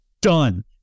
done